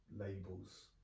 labels